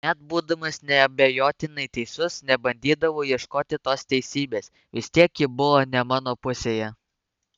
net būdamas neabejotinai teisus nebandydavau ieškoti tos teisybės vis tiek ji buvo ne mano pusėje